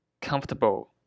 comfortable